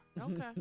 Okay